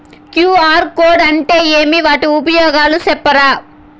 QR code అంటే ఏమి వాటి ఉపయోగాలు సెప్తారా?